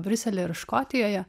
briusely ir škotijoje